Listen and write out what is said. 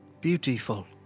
Beautiful